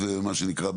מה שנקרא,